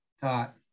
thought